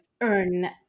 earn